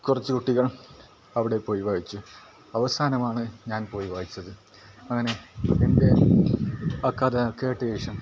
കുറച്ച് കുട്ടികൾ അവിടെ പോയി വായിച്ചു അവസാനമാണ് ഞാൻ പോയി വായിച്ചത് അങ്ങനെ എൻ്റെ ആ കഥ കേട്ട ശേഷം